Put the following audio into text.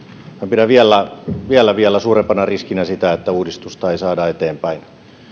pidän vielä vielä suurempana riskinä sitä että uudistusta ei saada eteenpäin